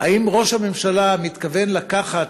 האם ראש הממשלה מתכוון לקחת,